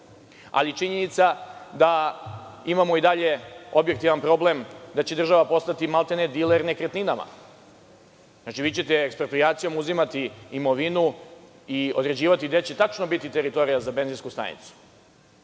ali činjenica je da imamo i dalje objektivan problem, da će država postati maltene diler nekretninama. Znači, vi ćete eksproprijacijom uzimati imovinu i određivati gde će tačno biti teritorija za benzinsku stanicu.